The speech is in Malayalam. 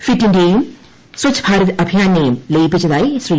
ഫിറ്റ് ഇന്ത്യയേയും സ്വച്ഛ് ഭാരത് അഭിയാനെയും ലയിപ്പിച്ചതായി ശ്രീ